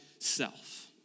Self